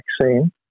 vaccine